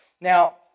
Now